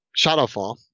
Shadowfall